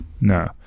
no